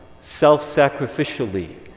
Self-sacrificially